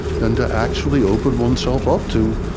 than to actually open oneself up to,